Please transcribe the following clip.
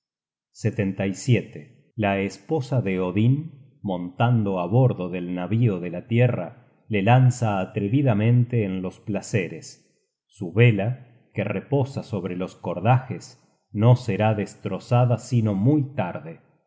los hombres la esposa de odin montando á bordo del navío de la tierra le lanza atrevidamente en los placeres su vela que reposa sobre los cordajes no será destrozada sino muy tarde